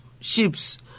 ships